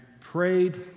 prayed